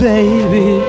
Baby